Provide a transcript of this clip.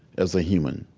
as a human